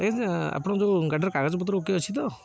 ଆଜ୍ଞା ଆପଣଙ୍କର ଯେଉଁ ଗାଡ଼ିର କାଗଜପତ୍ର ଓକେ ଅଛି ତ